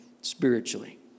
spiritually